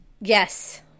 Yes